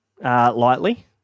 lightly